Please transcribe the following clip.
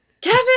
Kevin